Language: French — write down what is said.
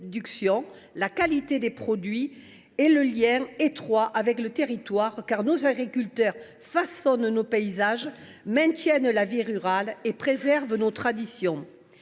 la qualité des produits et le lien étroit avec le territoire, car nos agriculteurs façonnent nos paysages, maintiennent la vie rurale et préservent nos traditions.